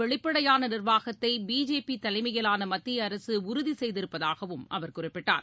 வெளிப்படையான நிர்வாகத்தை பிஜேபி தலைமையிலான மத்திய அரசு உறுதி செய்திருப்பதாகவும் அவர் குறிப்பிட்டார்